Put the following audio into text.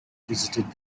visited